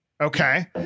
okay